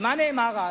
ומה נאמר אז?